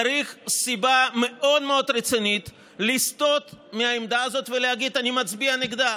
צריך סיבה מאוד מאוד רצינית לסטות מהעמדה הזאת ולהגיד: אני מצביע נגדה,